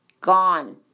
Gone